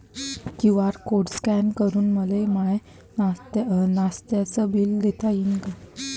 QR code scan करून मले माय नास्त्याच बिल देता येईन का?